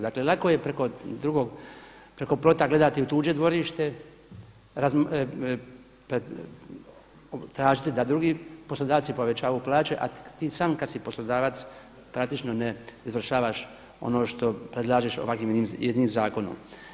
Dakle lako je preko plota gledati u tuđe dvorište, tražiti da drugi poslodavci povećavaju plaće, a ti sam kada si poslodavac praktično ne izvršavaš ono što predlažeš ovakvim jednim zakonom.